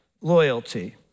loyalty